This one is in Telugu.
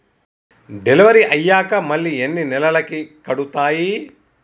డెలివరీ అయ్యాక మళ్ళీ ఎన్ని నెలలకి కడుతాయి?